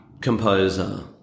composer